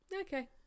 okay